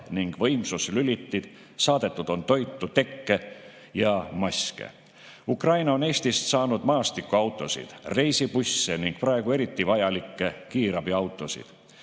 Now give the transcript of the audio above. ning võimsuslülitid, saadetud on toitu, tekke ja maske. Ukraina on Eestist saanud maastikuautosid, reisibusse ning praegu eriti vajalikke kiirabiautosid.